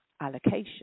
allocation